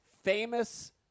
famous